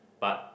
but